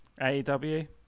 AEW